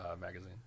magazine